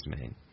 made